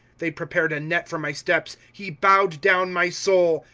they prepared a net for my steps he bowed down my soul.